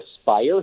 aspire